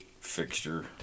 fixture